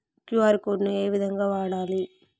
QR code ను ఏ విధంగా వాడాలి?